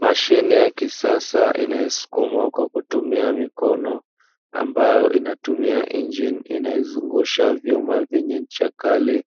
Mashine ya kisasa inayosukumwa kwa kutumia mikono, ambayo inatumia injini inayo zungusha vyuma vyenye ncha kali,